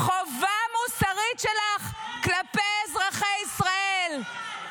חובה מוסרית שלך כלפי אזרחי ישראל,